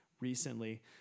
recently